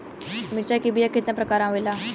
मिर्चा के बीया क कितना प्रकार आवेला?